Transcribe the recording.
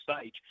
stage